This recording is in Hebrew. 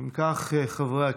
אם כך, חברי הכנסת,